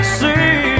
see